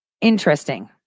interesting